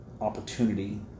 opportunity